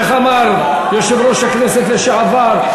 איך אמר יושב-ראש הכנסת לשעבר,